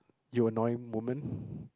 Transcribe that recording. you annoying women